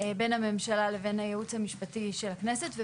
בין הממשלה לבין הייעוץ המשפטי של הכנסת.